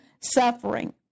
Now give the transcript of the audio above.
suffering